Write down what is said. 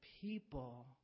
people